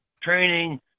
training